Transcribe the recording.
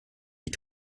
die